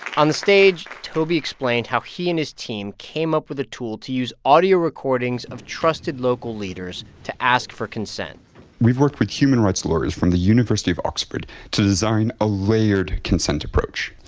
on the stage, toby explained how he and his team came up with a tool to use audio recordings of trusted local leaders to ask for consent we've worked with human rights lawyers from the university of oxford to design a layered consent approach.